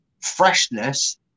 freshness